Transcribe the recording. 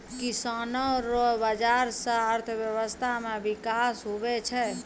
किसानो रो बाजार से अर्थव्यबस्था मे बिकास हुवै छै